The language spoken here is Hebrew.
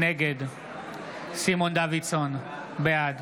נגד סימון דוידסון, בעד